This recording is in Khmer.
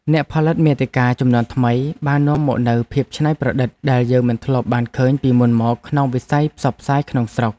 អ្នកផលិតមាតិកាជំនាន់ថ្មីបាននាំមកនូវភាពច្នៃប្រឌិតដែលយើងមិនធ្លាប់បានឃើញពីមុនមកក្នុងវិស័យផ្សព្វផ្សាយក្នុងស្រុក។